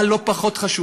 אבל לא פחות חשוב: